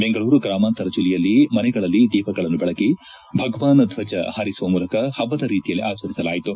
ಬೆಂಗಳೂರು ಗ್ರಾಮಾಂತರ ಜಿಲ್ಲೆಯಲ್ಲಿ ಮನೆಗಳಲ್ಲಿ ದೀಪಗಳನ್ನು ಬೆಳಗಿ ಭಗವಾನ್ ಧ್ವಜ ಹಾರಿಸುವ ಮೂಲಕ ಹಬ್ಬದ ರೀತಿಯಲ್ಲಿ ಆಚರಿಸಲಾಯಿತು